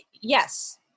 yes